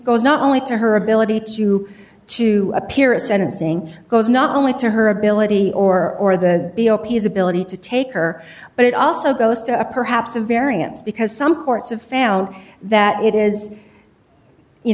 goes not only to her ability to to appear at sentencing goes not only to her ability or or the b o p s ability to take her but it also goes to a perhaps a variance because some courts have found that it is you